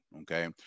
Okay